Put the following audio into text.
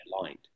aligned